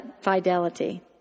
fidelity